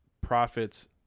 profits